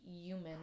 human